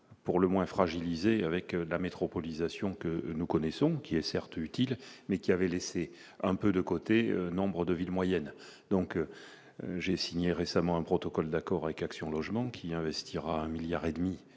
pour le moins fragilisé avec la métropolisation que nous connaissons, qui est certes utile mais qui avait laissé un peu de côté nombres de villes moyennes, donc j'ai signé récemment un protocole d'accord avec Action Logement qui investira un milliard et demi